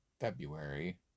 February